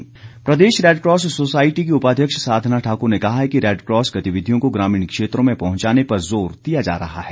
Red Cross प्रदेश Red Cross society की उपाध्यक्ष साधना ठाक्र ने कहा है कि रेडक्रॉस गतिविधियों को ग्रामीण क्षेत्रों में पहुंचाने पर जोर दिया जा रहा है